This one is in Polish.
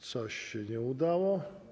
Coś się nie udało.